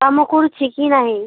କାମ କରୁଛି କି ନାହିଁ